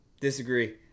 disagree